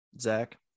Zach